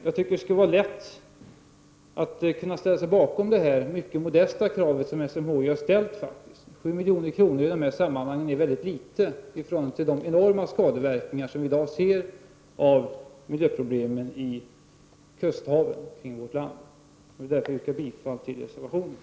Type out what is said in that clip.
Jag tycker att det skulle vara lätt att kunna ställa sig bakom det mycket modesta krav som SMHI har ställt. I de här sammanhangen är 7 milj.kr. väldigt litet i förhållande till de enorma skadeverkningar som vi i dag ser av miljöproblemen i haven kring kusterna i vårt land. Jag vill ännu en gång yrka bifall till reservationen.